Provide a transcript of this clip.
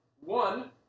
One